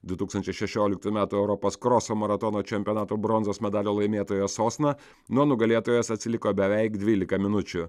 du tūkstančiai šešioliktųjų metų europos kroso maratono čempionato bronzos medalio laimėtoja sosna nuo nugalėtojos atsiliko beveik dvylika minučių